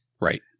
Right